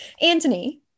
Anthony